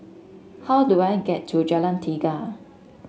how do I get to Jalan Tiga